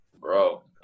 bro